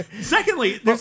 Secondly